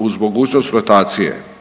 uz mogućnost rotacije.